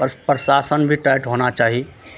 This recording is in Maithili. प्रशासन भी टाइट होना चाही